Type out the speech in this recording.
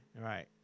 Right